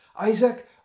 Isaac